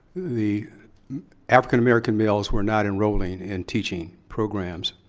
the african-american males were not enrolling in teaching programs.